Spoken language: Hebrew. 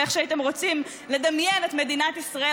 ואיך שהייתם רוצים לדמיין את מדינת ישראל.